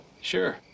sure